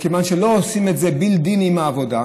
מכיוון שלא עושים את זה built-in עם העבודה,